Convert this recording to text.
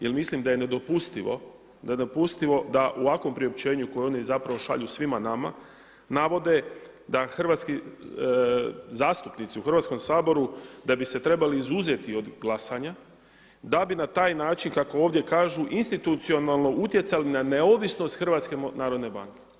Jer mislim da je nedopustivo da u ovakvom priopćenju koje oni zapravo šalju svima nama navode da hrvatski, zastupnici u Hrvatskom saboru da bi se trebali izuzeti od glasanja, da bi na taj način kako ovdje kažu institucionalno utjecali na neovisnost Hrvatske narodne banke.